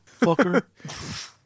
fucker